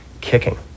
Kicking